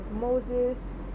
Moses